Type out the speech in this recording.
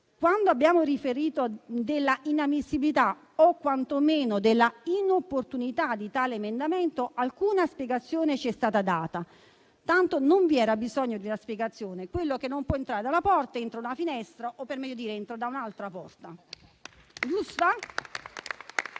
Quando abbiamo riferito dell'inammissibilità o quantomeno dell'inopportunità di tale emendamento, nessuna spiegazione ci è stata data. Tanto, non vi era bisogno di una spiegazione: quello che non può entrare dalla porta, entra da una finestra o, per meglio dire, entra da un'altra porta, giusto?